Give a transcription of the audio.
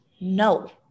No